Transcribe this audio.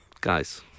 guys